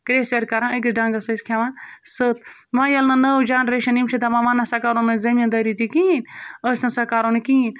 کرٛیٚژھ پٮ۪ٹھ کَران أکِس ڈںٛگَس ٲسۍ کھٮ۪وان سوٚت وۄنۍ ییٚلہِ نہٕ نٔو جَنریشَن یِم چھِ دَپان وۄنۍ نہ سا کَرو نہٕ أسۍ زٔمیٖندٲری تہِ کِہیٖنۍ أسۍ نہ سا کَرو نہٕ کِہیٖنۍ